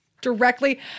Directly